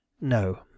No